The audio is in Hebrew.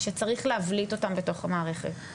שצריך להבליט אותם בתוך המערכת.